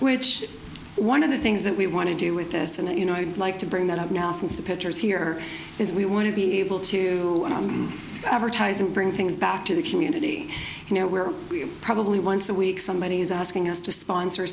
which one of the things that we want to do with this and you know i'd like to bring that up now since the pictures here is we want to be able to advertise and bring things back to the community now where we probably once a week somebody is asking us to sponsor